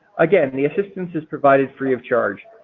again, the assistance is provided free of charge.